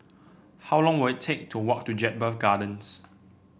how long will it take to walk to Jedburgh Gardens